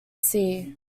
sea